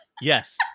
yes